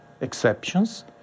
exceptions